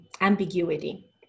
ambiguity